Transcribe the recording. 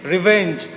Revenge